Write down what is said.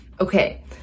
Okay